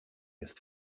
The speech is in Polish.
jest